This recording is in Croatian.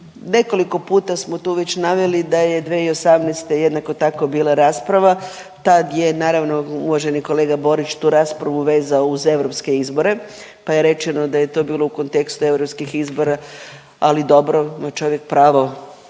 nekoliko puta smo tu već naveli da je 2018. jednako tako bila rasprava. Tad je naravno uvaženi kolega Borić tu raspravu vezao uz europske izbore pa je rečeno da je to bilo u kontekstu europskih izbora, ali dobro ima čovjek pravo